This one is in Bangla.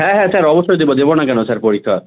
হ্যাঁ হ্যাঁ স্যার অবশ্যই দেবো দেবো না কেন স্যার পরীক্ষা